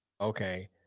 okay